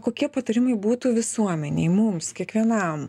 kokie patarimai būtų visuomenei mums kiekvienam